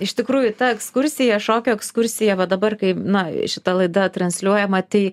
iš tikrųjų ta ekskursija šokio ekskursija va dabar kai na šita laida transliuojama tai